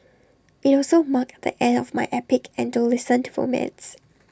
IT also marked the ear of my epic adolescent romance